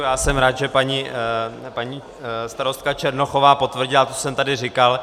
Já jsem rád, že paní starostka Černochová potvrdila to, co jsem tady říkal.